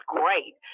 great